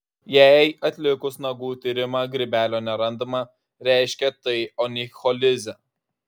jei atlikus nagų tyrimą grybelio nerandama reiškia tai onicholizė